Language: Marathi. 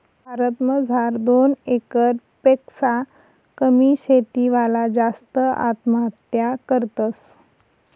भारत मजार दोन एकर पेक्शा कमी शेती वाला जास्त आत्महत्या करतस